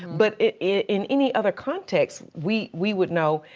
but in any other context we we would know,